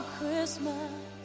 Christmas